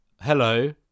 Hello